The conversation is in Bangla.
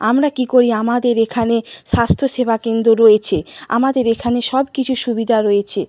আমরা কী করি আমাদের এখানে স্বাস্থ্যসেবা কেন্দ্র রয়েছে আমাদের এখানে সব কিছু সুবিধা রয়েছে